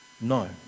No